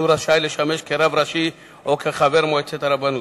הוא רשאי לשמש רב ראשי או חבר מועצת הרבנות.